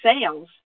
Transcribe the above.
sales